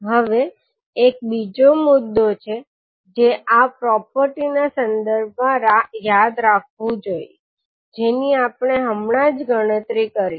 હવે એક બીજો મુદ્દો છે જે આપણે આ પ્રોપર્ટીના સંદર્ભમાં યાદ રાખવું જોઈએ જેની આપણે હમણાં જ ગણતરી કરી છે